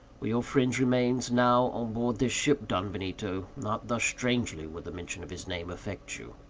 were your friend's remains now on board this ship, don benito, not thus strangely would the mention of his name affect you.